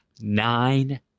Nine